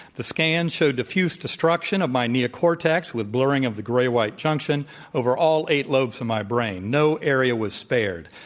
the scan showed diffuse destruction of my neocortex with blurring of the gray-white junction over all eight lobes of my brain. no area was spared.